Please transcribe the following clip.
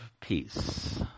peace